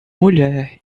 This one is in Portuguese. mulher